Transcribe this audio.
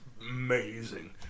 amazing